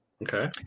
Okay